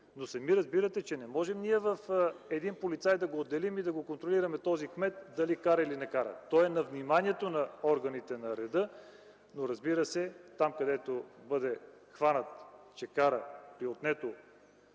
но сами разбирате, че ние не можем да отделим един полицай и да контролираме този кмет дали кара или не кара. Той е на вниманието на органите на реда, но, разбира се, там, където бъде хванат, че кара при отнето